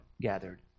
gathered